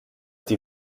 die